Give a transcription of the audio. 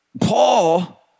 Paul